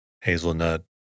hazelnut